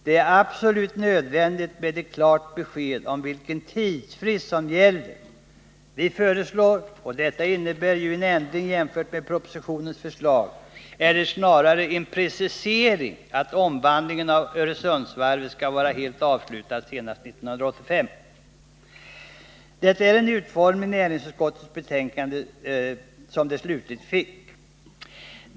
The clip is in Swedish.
Det är absolut nödvändigt med ett klart besked om vilken tidsfrist som gäller. Vi föreslår — och detta innebär ju en ändring, eller snarare en precisering jämfört med propositionens förslag — att omvandlingen av Öresundsvarvet skall vara helt avslutad senast 1985. Detta är den utformning näringsutskottets betänkande slutgiltigt fick.